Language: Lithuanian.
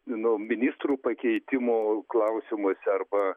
nu ministrų pakeitimo klausimuose arba